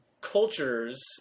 cultures